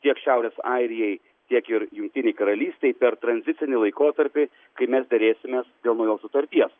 tiek šiaurės airijai tiek ir jungtinei karalystei per tranzitinį laikotarpį kai mes derėsimės dėl naujos sutarties